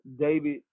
David